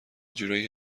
جورایی